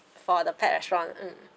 for the pet restaurant mm